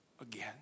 again